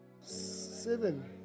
Seven